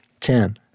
Ten